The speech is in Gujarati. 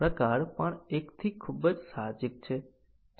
કંટ્રોલ ક્રિયા ઘણી કન્ડીશન પર આધારીત હોઈ શકે છે